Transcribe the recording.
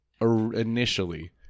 initially